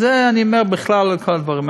את זה אני אומר בכלל על כל הדברים,